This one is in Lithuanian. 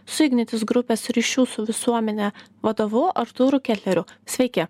su ignitis grupės ryšių su visuomene vadovu artūru ketleriu sveiki